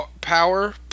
power